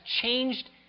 changed